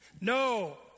No